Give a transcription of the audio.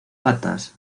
patas